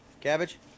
Cabbage